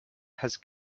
has